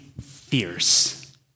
fierce